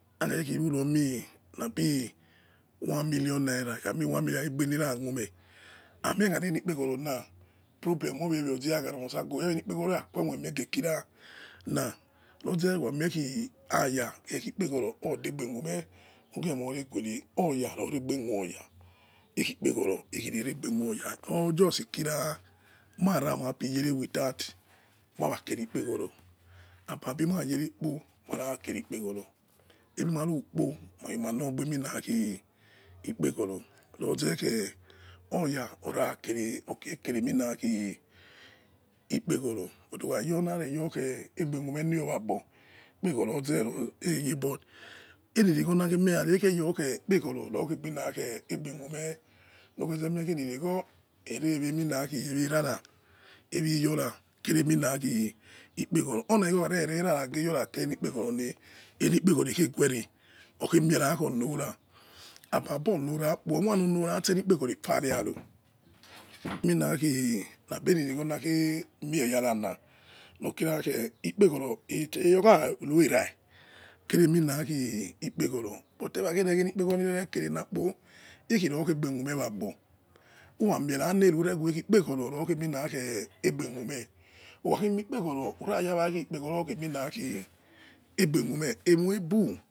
Airu ro mie labi one million naira ikhamie one million naira igbe lekha khueme aimie are le ekpeghoro problem aize osa ghuere. Edde aili ekpeghoro eyakhue moi ghe kira na loze wa mie kbi oya iyo ekpeghoro oide gbe khueme ughe emo li guere aya legbe khuo oya ikhi ekpeghoro lereghe khuoya ohi just kira mai mai man yera without owa kiri top ikpeghore ababi mai yere kpo mai kere ikpeghoro, aime maou kpo moikhuema lo bi ikpeghorooo oyaokere, okere emila khi ekpeghoro but ukha yo khe aigbe khueme liyo wagbo loze eye but ue la gwo naghe mie arara muena khe egbe khueme loze ile laigwo lrue iyo ra, erue era ra kere emina khi ekpeghoro omo khaghe re era ragi iyora kere ile ekpeghoro le oghemie ra oghe lo ra ababo lora kpo aimia lu lora khe ile ekpeghoro efairo luerie khi la le igo igwo na ghe mie yala ekpeghoro yokha. Lo are kere aiwa re ile ekpeghoro lekere kpo lekhihe behume wa bo uwa miera lur egbe ekpeghoro likhi egbe khueme itsa ti yo ghue ekpe yogo lighe beghu emo ebu.